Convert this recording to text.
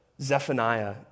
Zephaniah